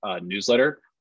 newsletter